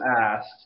asked